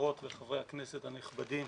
חברות וחברי הכנסת הנכבדים.